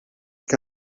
que